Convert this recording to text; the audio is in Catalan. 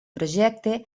projecte